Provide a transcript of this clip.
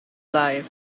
life